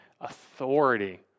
authority